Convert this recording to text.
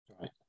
right